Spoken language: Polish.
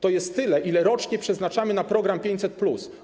To jest tyle, ile rocznie przeznaczamy na program 500+.